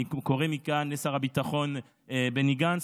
אני קורא מכאן לשר הביטחון בני גנץ,